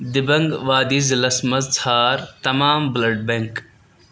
دِبنٛگ وادی ضلعس مَنٛز ژھار تمام بلڈ بینک